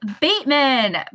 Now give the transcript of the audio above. bateman